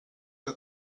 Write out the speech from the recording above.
que